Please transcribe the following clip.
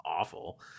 awful